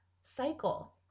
cycle